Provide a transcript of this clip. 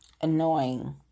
annoying